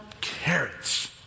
carrots